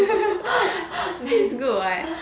good [what]